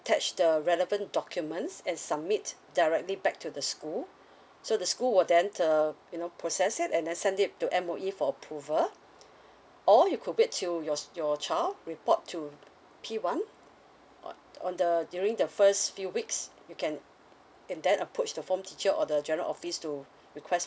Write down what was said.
attach the relevant documents and submit directly back to the school so the school will then err you know process it and then send it to M_O_E for approval or you could wait till your your child report to p1 on the err during the first few weeks you can then approach the form teacher or the general office to request